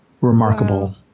Remarkable